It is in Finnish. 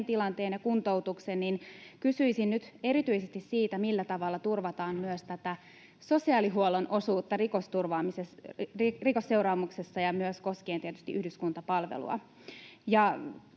tilanteen ja kuntoutuksen, niin kysyisin nyt erityisesti siitä, millä tavalla turvataan sosiaalihuollon osuutta rikosseuraamuksessa koskien myös tietysti yhdyskuntapalvelua.